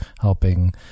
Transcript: helping